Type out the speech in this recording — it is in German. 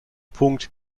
punkt